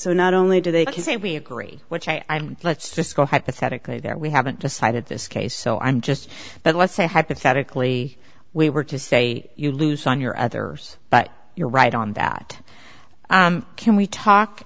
so not only do they can say we agree which i let's just go hypothetically that we haven't decided this case so i'm just but let's say hypothetically we were to say you lose on your others but you're right on that can we talk